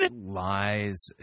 lies